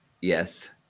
Yes